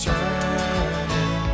Turning